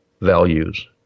values